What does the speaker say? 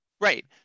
Right